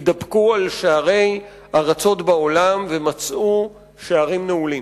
התדפקו על שערי ארצות בעולם ומצאו שערים נעולים.